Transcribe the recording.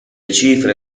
cifre